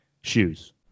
shoes